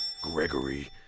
Gregory